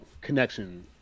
connection